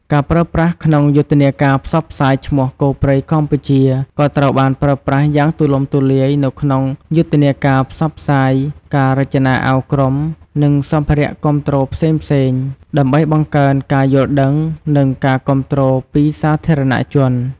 ការប្រើប្រាស់ក្នុងយុទ្ធនាការផ្សព្វផ្សាយឈ្មោះ "គោព្រៃកម្ពុជា" ក៏ត្រូវបានប្រើប្រាស់យ៉ាងទូលំទូលាយនៅក្នុងយុទ្ធនាការផ្សព្វផ្សាយ ការរចនាអាវក្រុម និងសម្ភារៈគាំទ្រផ្សេងៗ ដើម្បីបង្កើនការយល់ដឹង និងការគាំទ្រពីសាធារណជន។